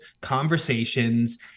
conversations